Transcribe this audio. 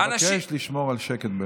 אבקש לשמור על שקט.